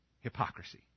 hypocrisy